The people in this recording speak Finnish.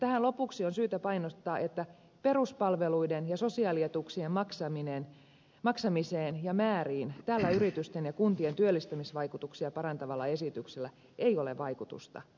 tähän lopuksi on syytä painottaa että peruspalveluiden ja sosiaalietuuksien maksamiseen ja määriin tällä yritysten ja kuntien työllistämisvaikutuksia parantavalla esityksellä ei ole vaikutusta